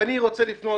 אני רוצה לפנות,